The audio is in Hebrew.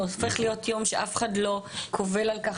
זה הופך להיות יום שאף אחד לא קובל על כך